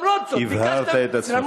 הבהרת את עצמך.